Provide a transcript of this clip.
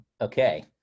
Okay